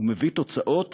ומביא תוצאות